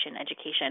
education